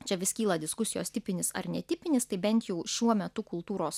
čia vis kyla diskusijos tipinis ar netipinis tai bent jau šiuo metu kultūros